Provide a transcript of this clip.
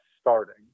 starting